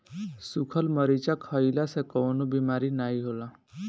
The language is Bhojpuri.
सुखल मरीचा खईला से कवनो बेमारी नाइ होला